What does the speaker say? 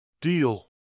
Deal